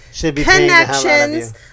connections